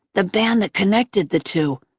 the band that connected the two,